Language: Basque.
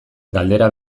galdera